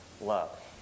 love